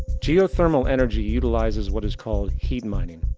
geothermal energy utilizes what is called heat mining.